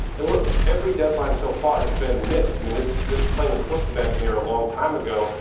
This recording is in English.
and, look, every deadline so far has been missed. i mean, this this plane was supposed to back in the air a long time ago.